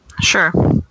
Sure